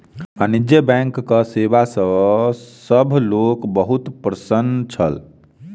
वाणिज्य बैंकक सेवा सॅ सभ लोक बहुत प्रसन्न छल